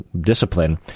discipline